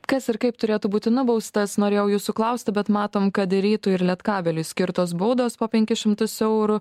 kas ir kaip turėtų būti nubaustas norėjau jūsų klausti bet matom kad ir rytui ir lietkabeliui skirtos baudos po penkis šimtus eurų